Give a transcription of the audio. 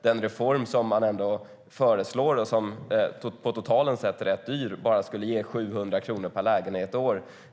Den reform som man ändå föreslår och som på totalen är rätt dyr skulle bara ge 700 kronor per lägenhet och år.